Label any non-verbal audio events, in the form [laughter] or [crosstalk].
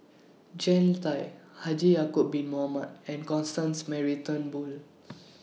Jean Tay Haji Ya'Acob Bin Mohamed and Constance Mary Turnbull [noise]